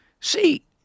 see